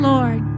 Lord